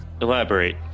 Elaborate